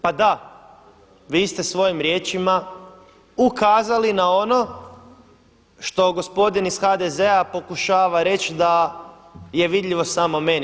Pa da, vi ste svojim riječima ukazali na ono što gospodin iz HDZ-a pokušava reći da je vidljivo samo meni.